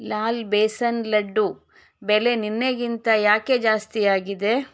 ಲಾಲ್ ಬೇಸನ್ ಲಡ್ಡು ಬೆಲೆ ನೆನ್ನೆಗಿಂತ ಯಾಕೆ ಜಾಸ್ತಿಯಾಗಿದೆ